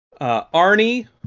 Arnie